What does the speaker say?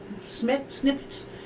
snippets